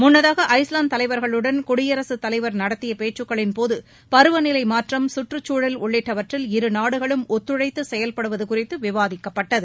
முன்னதாக ஐஸ்லாந்து தலைவர்களுடன் குடியரசுத்தலைவர் நடத்திய பேச்சுக்களின்போது பருவநிலை மாற்றம் சுற்றுச்சூழல் உள்ளிட்டவற்றில் இரு நாடுகளும் ஒத்துழைத்து செயல்படுவது குறித்து விவாதிக்கப்பட்டது